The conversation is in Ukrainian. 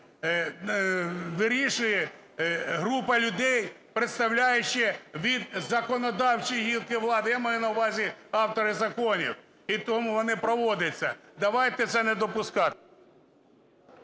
вирішує група людей, представляючи від законодавчої гілки влади, я маю на увазі авторів законів, і тому вони проводяться. Давайте це не допускати.